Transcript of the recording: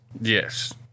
Yes